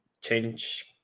change